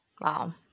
Wow